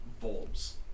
bulbs